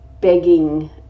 begging